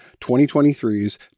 2023's